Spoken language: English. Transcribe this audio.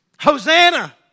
Hosanna